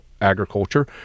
Agriculture